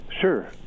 Sure